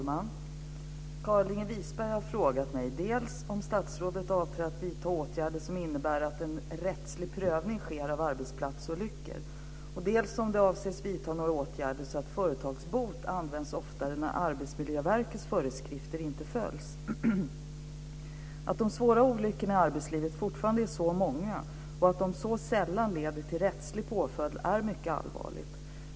Fru talman! Carlinge Wisberg har frågat mig dels om jag avser att vidta åtgärder som innebär att en bättre rättslig prövning sker av arbetsplatsolyckor, dels om jag avser vidta några åtgärder så att företagsbot används oftare när Arbetsmiljöverkets föreskrifter inte följs. Att de svåra olyckorna i arbetslivet fortfarande är så många och att de så sällan leder till rättslig påföljd är mycket allvarligt.